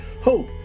Hope